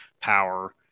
power